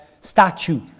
statue